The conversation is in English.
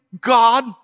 God